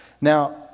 Now